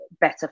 better